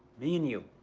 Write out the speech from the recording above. me and you.